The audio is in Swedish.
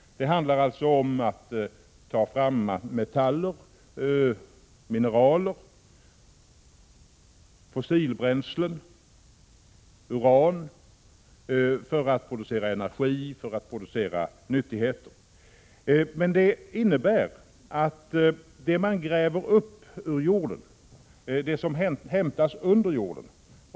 Man har tagit fram metaller, mineral, fossilbränslen, uran för att producera energi och andra nyttigheter. Det innebär att man grävt upp resurser ur jorden, hämtat resurser under jord.